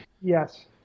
Yes